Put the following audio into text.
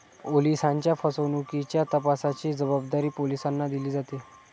ओलिसांच्या फसवणुकीच्या तपासाची जबाबदारी पोलिसांना दिली जाते